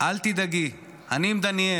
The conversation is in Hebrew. אל תדאגי, אני עם דניאל,